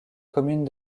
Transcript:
commune